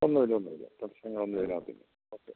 ഒന്നുമില്ല ഒന്നുമില്ല പ്രശ്നങ്ങളൊന്നുമിതിനകത്തില്ല ഓക്കെ ആ